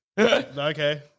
Okay